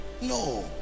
no